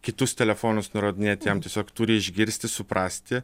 kitus telefonus nurodinėti jam tiesiog turi išgirsti suprasti